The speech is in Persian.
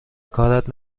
کارت